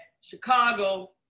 Chicago